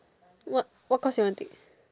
what what course you want take